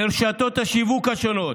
לרשתות השיווק השונות,